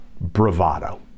bravado